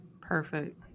perfect